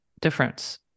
difference